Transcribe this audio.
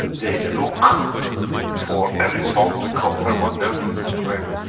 they look for a result to confirm what they are doing is correct.